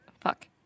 Fuck